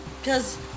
because-